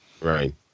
right